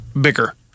bigger